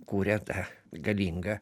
kuria tą galingą